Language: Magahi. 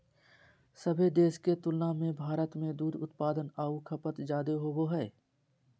सभे देश के तुलना में भारत में दूध उत्पादन आऊ खपत जादे होबो हइ